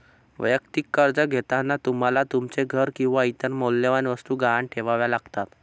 वैयक्तिक कर्ज घेताना तुम्हाला तुमचे घर किंवा इतर मौल्यवान वस्तू गहाण ठेवाव्या लागतात